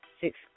six